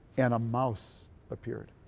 and a mouse appeared